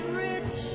rich